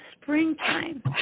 springtime